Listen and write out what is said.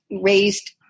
raised